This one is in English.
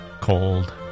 cold